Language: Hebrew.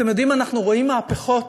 אתם יודעים, אנחנו רואים מהפכות,